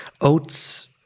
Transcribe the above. oats